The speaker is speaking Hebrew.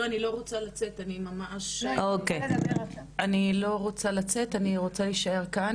לא, אני לא רוצה לצאת, אני רוצה להישאר כאן.